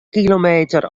kilometer